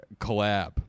Collab